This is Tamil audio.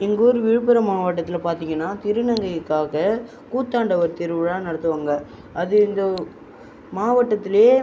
எங்கள் ஊர் விழுப்புரம் மாவட்டத்தில் பார்த்தீங்கன்னா திருநங்கைக்காக கூத்தாண்டவர் திருவிழா நடத்துவாங்க அது இந்த மாவட்டத்துல